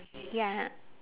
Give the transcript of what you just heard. ya